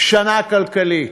שנה כלכלית.